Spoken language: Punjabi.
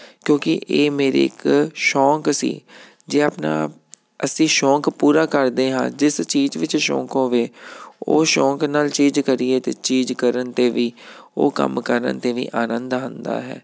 ਕਿਉਂਕਿ ਇਹ ਮੇਰੀ ਇੱਕ ਸ਼ੌਕ ਸੀ ਜੇ ਆਪਣਾ ਅਸੀਂ ਸ਼ੌਕ ਪੂਰਾ ਕਰਦੇ ਹਾਂ ਜਿਸ ਚੀਜ਼ ਵਿੱਚ ਸ਼ੌਕ ਹੋਵੇ ਉਹ ਸ਼ੌਕ ਨਾਲ ਚੀਜ਼ ਕਰੀਏ ਤਾਂ ਚੀਜ਼ ਕਰਨ 'ਤੇ ਵੀ ਉਹ ਕੰਮ ਕਰਨ 'ਤੇ ਵੀ ਆਨੰਦ ਆਉਂਦਾ ਹੈ